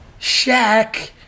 Shaq